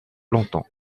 lentement